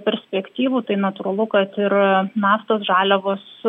perspektyvų tai natūralu kad ir naftos žaliavos